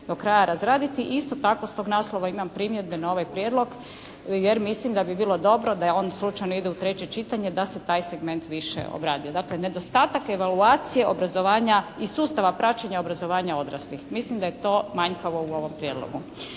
do kraja razraditi. Isto tako s tog naslova imam primjedbe na ovaj prijedlog jer mislim da bi bilo dobro da on slučajno ide u treće čitanje da se taj segment više obradi. Dakle, nedostatak evaluacije obrazovanja i sustava praćenja obrazovanja odraslih. Mislim da je to manjkavo u ovom Prijedlogu.